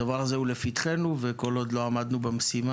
הדבר הזה הוא לפתחנו וכול עוד לא עמדנו במשימה